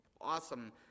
awesome